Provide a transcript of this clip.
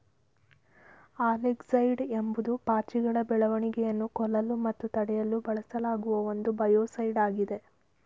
algaecide ಎಂಬುದು ಪಾಚಿಗಳ ಬೆಳವಣಿಗೆಯನ್ನು ಕೊಲ್ಲಲು ಮತ್ತು ತಡೆಯಲು ಬಳಸಲಾಗುವ ಒಂದು ಬಯೋಸೈಡ್ ಆಗಿದೆ